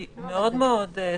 היא מאוד מאוד ספציפית.